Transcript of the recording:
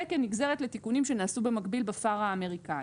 זה כנגזרת לתיקונים שנעשו במקביל ב-FAR האמריקאי.